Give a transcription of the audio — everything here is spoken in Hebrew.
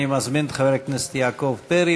אני מזמין את חבר הכנסת יעקב פרי.